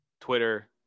Twitter